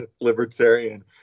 libertarian